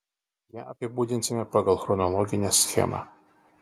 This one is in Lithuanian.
ją apibūdinsime pagal chronologinę schemą